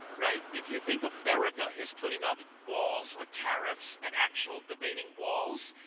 right? if you think america is putting up walls with tariffs and actual debating walls,